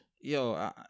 Yo